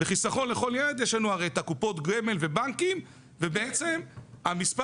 בחסכון לכל ילד יש לנו הרי את קופות הגמל והבנקים ובעצם המספר